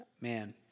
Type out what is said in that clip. man